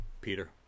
Peter